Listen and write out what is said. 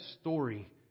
story